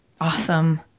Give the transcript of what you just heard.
Awesome